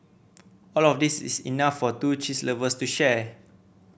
all of these is enough for two cheese lovers to share